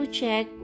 check